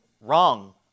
wrong